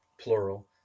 plural